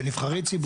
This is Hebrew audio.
של נבחרי ציבור,